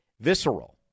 visceral